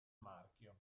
marchio